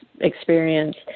experience